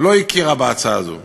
לא הכירה בהצעה הזו.